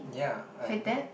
yeah